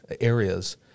areas